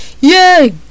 yay